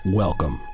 welcome